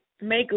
Make